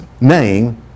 name